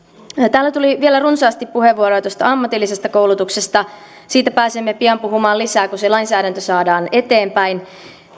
täällä tuli vielä runsaasti puheenvuoroja ammatillisesta koulutuksesta siitä pääsemme pian puhumaan lisää kun se lainsäädäntö saadaan eteenpäin